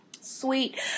Sweet